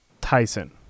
Tyson